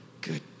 Good